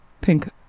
Pink